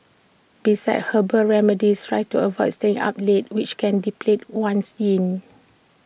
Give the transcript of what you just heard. besides herbal remedies try to avoid staying up late which can deplete one's yin